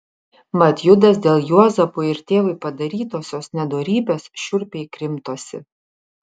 mat judas dėl juozapui ir tėvui padarytosios nedorybės šiurpiai krimtosi